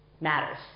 matters